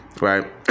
right